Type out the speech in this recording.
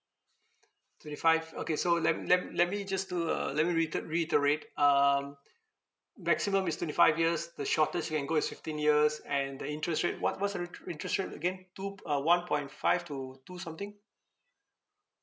twenty five okay so let let let me just do uh let me rete~ reiterate um maximum is twenty five years the shortest you can go is fifteen years and the interest rate what what's re~ interest rate again two p~ uh one point five to two something